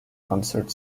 concert